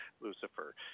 Lucifer